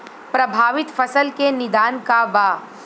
प्रभावित फसल के निदान का बा?